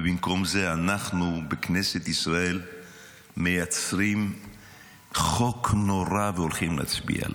ובמקום זה אנחנו בכנסת ישראל מייצרים חוק נורא והולכים להצביע עליו.